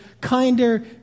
kinder